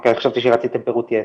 אוקיי, חשבתי שרצית פירוט יתר.